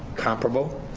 comparable.